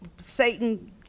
Satan